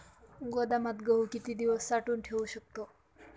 गोदामात गहू किती दिवस साठवून ठेवू शकतो?